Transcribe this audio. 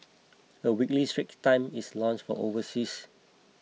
a weekly Straits Times is launched for overseas